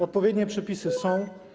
Odpowiednie przepisy są.